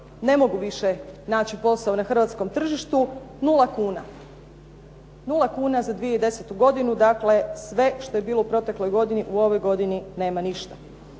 ne mogu više naći posao na hrvatskom tržištu, nula kuna. Nula kuna za 2010. godinu dakle sve što je bilo u protekloj godini, u ovoj godini nema ništa.